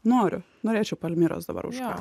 noriu norėčiau palmyros dabar užkąst